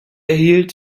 erhielt